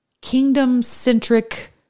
kingdom-centric